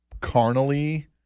carnally